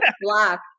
Black